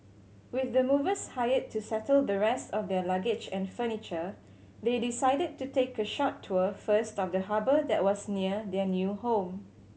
with the movers hired to settle the rest of their luggage and furniture they decided to take a short tour first of the harbour that was near their new home